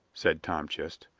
said tom chist.